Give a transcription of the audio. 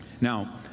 Now